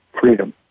Freedom